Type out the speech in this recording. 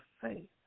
faith